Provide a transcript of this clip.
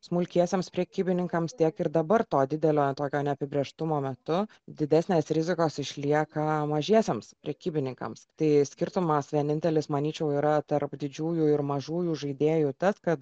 smulkiesiems prekybininkams tiek ir dabar to didelio tokio neapibrėžtumo metu didesnės rizikos išlieka mažiesiems prekybininkams tai skirtumas vienintelis manyčiau yra tarp didžiųjų ir mažųjų žaidėjų tas kad